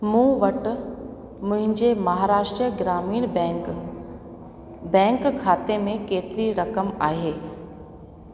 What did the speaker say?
मूं वटि मुंहिंजे महाराष्ट्र ग्रामीण बैंक बैंक खाते में केतिरी रक़म आहे